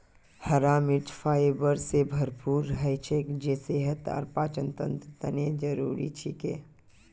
हरा मरीच फाइबर स भरपूर हछेक जे सेहत और पाचनतंत्रेर तने जरुरी छिके